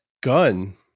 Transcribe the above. gun